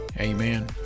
amen